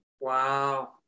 Wow